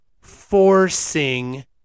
forcing